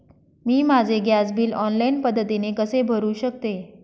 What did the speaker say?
मी माझे gas bill online पद्धतीने कसे भरु शकते?